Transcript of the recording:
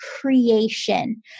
creation